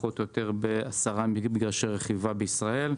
פחות או יותר בעשרה מגרשי רכיבה בישראל.